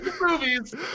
movies